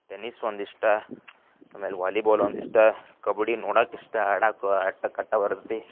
tennis ಒಂದಿಷ್ಟು ಆಮೇಲೆ volleyball ಒಂದಿಷ್ಟು ಕಬಡ್ಡಿ ನೋಡಕ್ಕೆ ಇಷ್ಟು ಆಡಕ್ಕೆ ಅಷ್ಟಕ್ಕಷ್ಟ ಬರ್ತೈತಿ